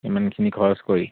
ইমানখিনি খৰচ কৰি